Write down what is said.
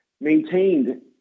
maintained